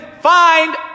find